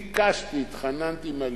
ביקשתי, התחננתי לליכוד.